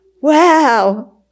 Wow